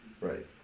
Right